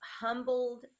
humbled